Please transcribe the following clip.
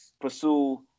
pursue